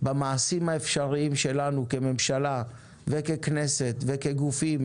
במעשים האפשריים שלנו כממשלה וככנסת וכגופים